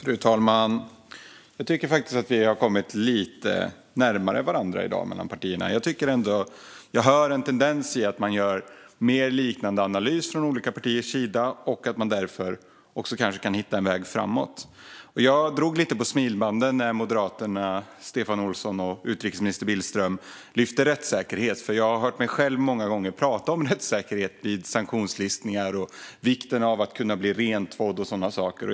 Fru talman! Jag tycker faktiskt att vi partier har närmat oss varandra i dag. Jag hör en tendens till att vi gör en liknande analys och att vi därför kanske kan hitta en väg framåt. Jag drog lite på smilbanden när moderaterna Stefan Olsson och utrikesminister Billström lyfte fram rättssäkerhet, för jag har själv många gånger pratat om rättssäkerhet vid sanktionslistningar, om vikten av att kunna bli rentvådd med mera.